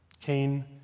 Cain